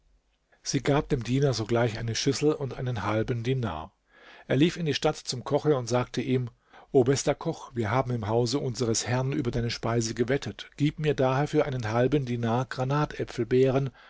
sie gab dem diener sogleich eine schüssel und einen halben dinar er lief in die stadt zum koche und sagte ihm o bester koch wir haben im hause unseres herrn über deine speise gewettet gib mir daher für einen halben dinar granatäpfelbeeren